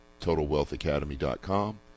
TotalWealthAcademy.com